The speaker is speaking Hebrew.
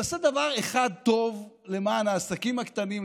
תעשה דבר אחד טוב למען העסקים הקטנים,